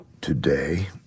today